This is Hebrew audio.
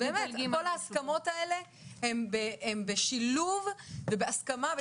כל ההסכמות האלה הן בשילוב ובהסכמה.